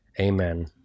Amen